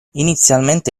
inizialmente